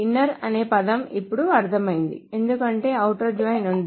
inner అనే పదం ఇప్పుడు అర్థమైంది ఎందుకంటే ఔటర్ జాయిన్ ఉంది